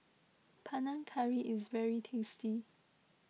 Panang Curry is very tasty